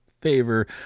favor